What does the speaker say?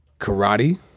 karate